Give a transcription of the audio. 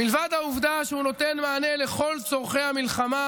מלבד העובדה שהוא נותן מענה לכל צורכי המלחמה